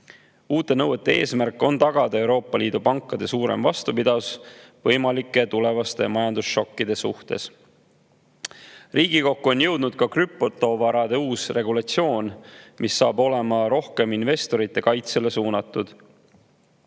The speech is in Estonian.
Uute nõuete eesmärk on tagada Euroopa Liidu pankade suurem vastupidavus võimalike tulevaste majandusšokkide suhtes. Riigikokku on jõudnud ka krüptovarade uus regulatsioon, mis on suunatud rohkem investorite kaitsele.